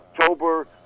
October